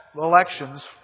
elections